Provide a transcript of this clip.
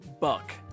buck